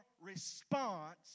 response